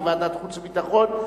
שהיא ועדת החוץ והביטחון,